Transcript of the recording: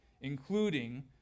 including